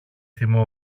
θυμό